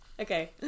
Okay